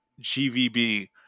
GVB